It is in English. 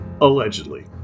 Allegedly